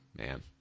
Man